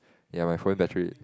ya my phone battery